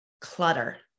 clutter